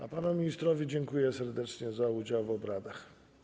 A panu ministrowi dziękuję serdecznie za udział w obradach.